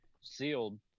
sealed